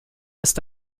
ist